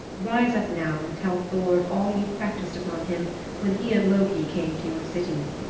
rise up now and tell thor of all you practiced upon him when he and loki came to your city.